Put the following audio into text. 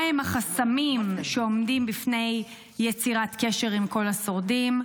2. מהם החסמים שעומדים בפני יצירת קשר עם כל השורדים?